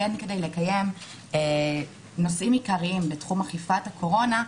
כדי לקיים נושאים עיקריים בתחום אכיפת הקורונה.